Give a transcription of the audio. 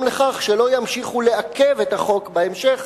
לכך שלא ימשיכו לעכב את החוק בהמשך